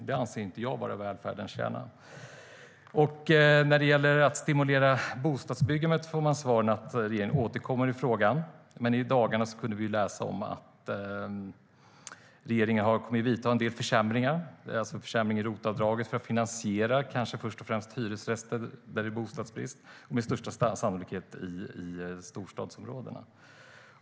Det anser jag inte vara välfärdens kärna. När det gäller att stimulera bostadsbyggandet får jag svaret att regeringen återkommer i frågan. Men i dagarna kunde vi läsa att regeringen kommer att vidta en del försämringar. Det gäller försämring av ROT-avdraget för att finansiera kanske först och främst hyresrätter där det är bostadsbrist, med största sannolikhet i storstadsområdena.